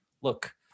look